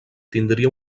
tindria